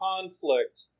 conflict